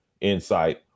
insight